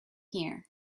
here